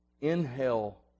inhale